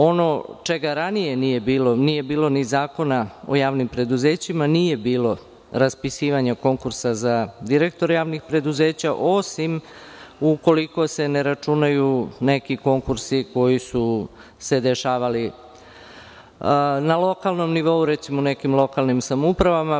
Ono čega ranije nije bilo, a nije bilo ni Zakona o javnim preduzećima, nije bilo raspisivanja konkursa za direktore javnih preduzeća, osim ukoliko se ne računaju neki konkursi koji su se dešavali na lokalnom nivou, recimo, u nekim lokalnim samoupravama.